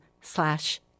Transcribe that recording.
slash